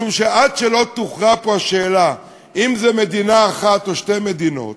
משום שעד שלא תוכרע פה השאלה אם זאת מדינה אחת או שתי מדינות,